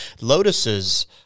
lotuses